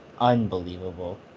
unbelievable